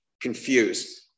confused